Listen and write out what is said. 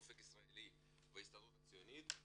אופק ישראלי וההסתדרות הציונית,